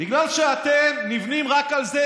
בגלל שאתם נבנים רק על זה,